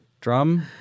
Drum